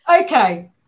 Okay